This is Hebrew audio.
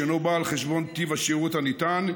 כשאינו בא על חשבון טיב השירות הניתן,